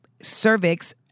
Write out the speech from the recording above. cervix